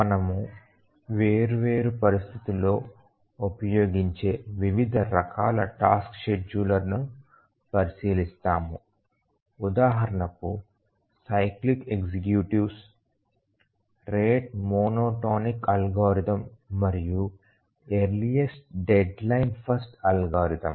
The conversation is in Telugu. మనము వేర్వేరు పరిస్థితులలో ఉపయోగించే వివిధ రకాల టాస్క్ షెడ్యూలర్లను పరిశీలిస్తాము ఉదాహరణకు cyclic executives rate monotonic algorithm మరియు ఎర్లీఎస్ట్ డెడ్లైన్ ఫస్ట్ అల్గోరిథం